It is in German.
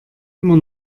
immer